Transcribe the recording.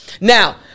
Now